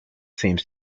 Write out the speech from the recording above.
seems